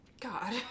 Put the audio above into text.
god